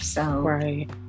Right